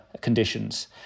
conditions